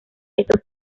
esto